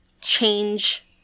change